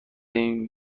این